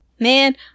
Man